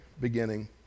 beginning